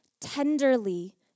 tenderly